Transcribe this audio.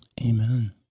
Amen